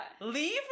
leave